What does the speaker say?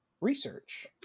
research